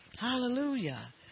Hallelujah